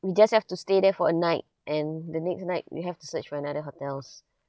we just have to stay there for a night and the next night we have to search for another hotels